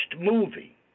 movie—